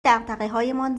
دغدغههایمان